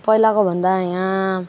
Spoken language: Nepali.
पहिलाको भन्दा यहाँ